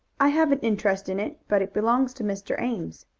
i have an interest in it, but it belongs to mr. ames.